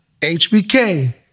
HBK